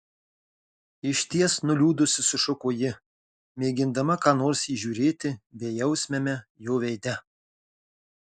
išties nuliūdusi sušuko ji mėgindama ką nors įžiūrėti bejausmiame jo veide